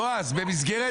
בועז, במסגרת